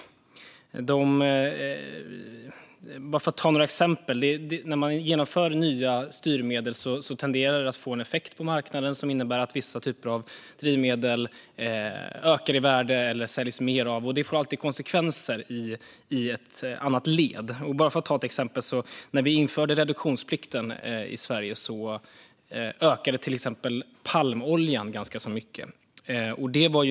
När man inför nya styrmedel tenderar det att få en effekt på marknaden som innebär att vissa typer av drivmedel ökar i värde eller får ökad försäljning. Det får alltid konsekvenser i ett annat led. Jag kan ta ett exempel. När vi införde reduktionsplikten i Sverige ökade palmoljan ganska mycket.